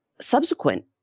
subsequent